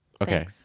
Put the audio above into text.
okay